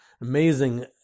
Amazing